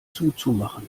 zuzumachen